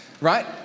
right